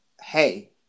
hey